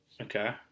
Okay